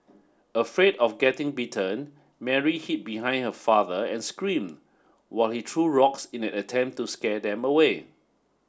afraid of getting bitten Mary hid behind her father and scream while he true rocks in an attempt to scare them away